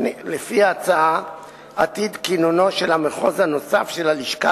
לפי ההצעה עתיד כינונו של המחוז הנוסף של הלשכה